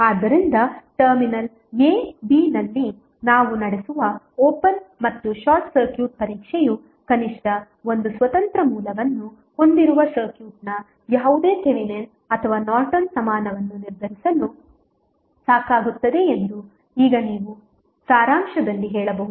ಆದ್ದರಿಂದ terminal a b ನಲ್ಲಿ ನಾವು ನಡೆಸುವ ಓಪನ್ ಮತ್ತು ಶಾರ್ಟ್ ಸರ್ಕ್ಯೂಟ್ ಪರೀಕ್ಷೆಯು ಕನಿಷ್ಟ ಒಂದು ಸ್ವತಂತ್ರ ಮೂಲವನ್ನು ಹೊಂದಿರುವ ಸರ್ಕ್ಯೂಟ್ನ ಯಾವುದೇ ಥೆವೆನಿನ್ ಅಥವಾ ನಾರ್ಟನ್ ಸಮಾನವನ್ನು ನಿರ್ಧರಿಸಲು ಸಾಕಾಗುತ್ತದೆ ಎಂದು ಈಗ ನೀವು ಸಾರಾಂಶದಲ್ಲಿ ಹೇಳಬಹುದು